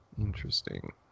Interesting